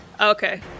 okay